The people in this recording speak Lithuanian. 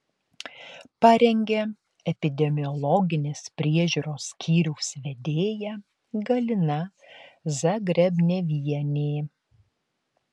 parengė epidemiologinės priežiūros skyriaus vedėja galina zagrebnevienė